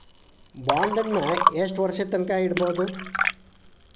ಬಾಂಡನ್ನ ಯೆಷ್ಟ್ ವರ್ಷದ್ ತನ್ಕಾ ಇಡ್ಬೊದು?